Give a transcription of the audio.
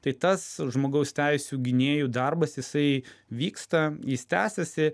tai tas žmogaus teisių gynėjų darbas jisai vyksta jis tęsiasi